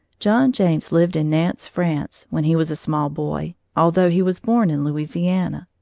john james lived in nantes, france, when he was a small boy, although he was born in louisiana.